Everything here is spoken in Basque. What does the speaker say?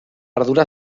ardura